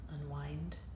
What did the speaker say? unwind